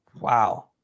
Wow